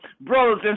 brothers